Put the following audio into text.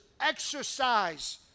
exercise